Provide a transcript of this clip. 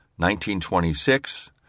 1926